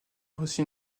reçu